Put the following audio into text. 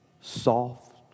soft